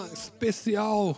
especial